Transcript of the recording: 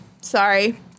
Sorry